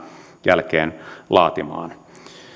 jälkeen laatimaan